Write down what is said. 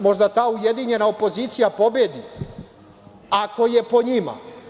Možda ta ujedinjena opozicija pobedi, ako je po njima.